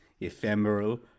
Ephemeral